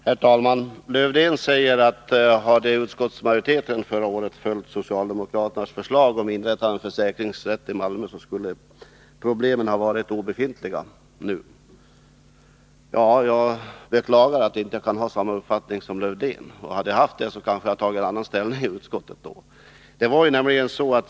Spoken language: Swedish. Herr talman! Lars-Erik Lövdén säger att om utskottsmajoriteten förra året hade följt socialdemokraternas förslag om inrättande av en försäkringsrätt i Malmö, så skulle problemen ha varit obefintliga. Jag beklagar att jag inte kan ha samma uppfattning som han — hade jag haft det, kanske jag hade tagit en annan ställning i utskottet då.